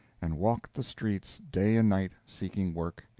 and walked the streets day and night, seeking work.